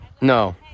No